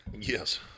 Yes